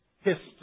history